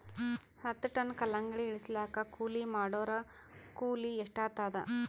ಹತ್ತ ಟನ್ ಕಲ್ಲಂಗಡಿ ಇಳಿಸಲಾಕ ಕೂಲಿ ಮಾಡೊರ ಕೂಲಿ ಎಷ್ಟಾತಾದ?